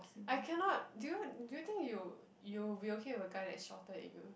I cannot do you do you think you you'll be okay with a guy that's shorter than you